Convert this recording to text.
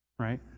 right